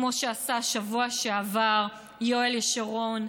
כמו שעשה בשבוע שעבר יואל ישורון,